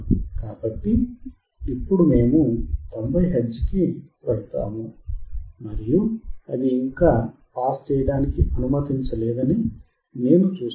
కాబట్టి ఇప్పుడు మేము 90 హెర్ట్జ్ కి వెళ్తాము మరియు అది ఇంకా పాస్ చేయడానికి అనుమతించలేదని నేను చూస్తున్నాను